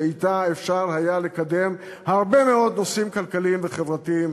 שאתה אפשר היה לקדם הרבה מאוד נושאים כלכליים וחברתיים